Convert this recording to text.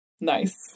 Nice